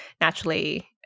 naturally